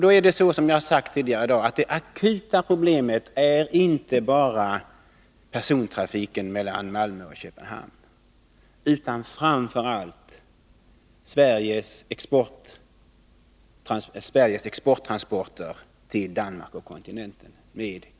Då är, som jag har sagt tidigare i dag, det akuta problemet inte bara persontrafiken mellan Malmö och Köpenhamn, utan framför allt Sveriges exporttransporter med godsvagnar till Danmark och kontinenten.